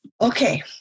Okay